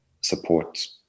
support